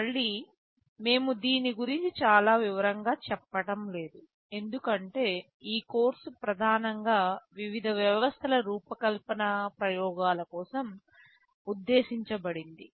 మళ్ళీ మేము దీని గురించి చాలా వివరంగా చెప్పటం లేదు ఎందుకంటే ఈ కోర్సు ప్రధానంగా వివిధ వ్యవస్థల రూపకల్పన ప్రయోగాల కోసం ఉద్దేశించబడింది